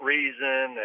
reason